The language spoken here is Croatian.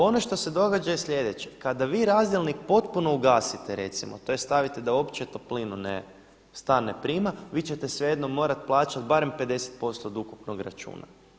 Ono što se događa je sljedeće, kada vi razdjelnik potpuno ugasite recimo, tj. stavite da uopće toplinu stan ne prima vi ćete svejedno morati plaćati barem 50% od ukupnog računa.